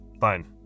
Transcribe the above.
Fine